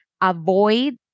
avoid